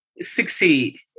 succeed